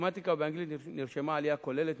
במתמטיקה ובאנגלית נרשמה עלייה כוללת,